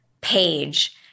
page